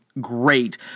great